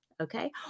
okay